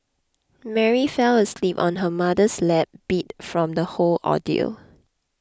Mary fell asleep on her mother's lap beat from the whole ordeal